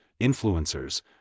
influencers